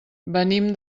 venim